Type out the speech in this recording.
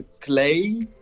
clay